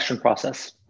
process